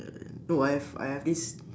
ya man no I have I have this